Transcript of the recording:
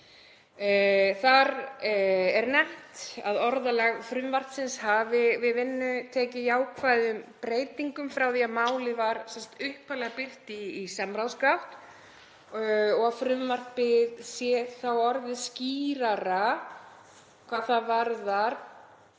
Þar er nefnt að orðalag frumvarpsins hafi við vinnu tekið jákvæðum breytingum frá því að málið var upphaflega birt í samráðsgátt og að frumvarpið sé orðið skýrara hvað það varðar